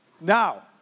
Now